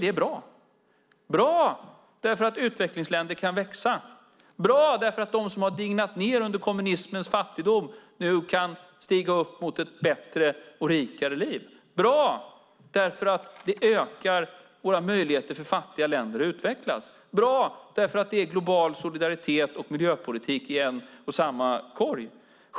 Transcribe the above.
Det är bra därför att utvecklingsländer kan växa, bra därför att de som dignat under kommunismens fattigdom nu kan stiga upp och gå mot ett bättre och rikare liv, bra därför att det ökar fattiga länders möjligheter att utvecklas, bra därför att det är global solidaritet och miljöpolitik i en och samma korg.